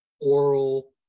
oral